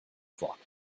flock